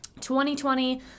2020